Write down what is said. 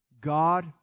God